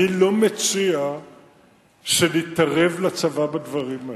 אני לא מציע שנתערב לצבא בדברים האלה.